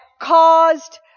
caused